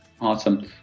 Awesome